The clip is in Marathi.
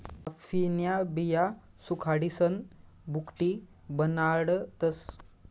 कॉफीन्या बिया सुखाडीसन भुकटी बनाडतस